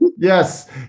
Yes